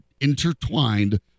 intertwined